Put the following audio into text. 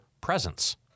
presence